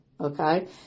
okay